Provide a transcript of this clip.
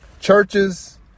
Churches